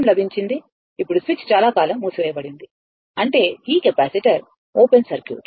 లభించింది ఇప్పుడు స్విచ్ చాలా కాలం మూసివేయబడింది అంటే ఈ కెపాసిటర్ ఓపెన్ సర్క్యూట్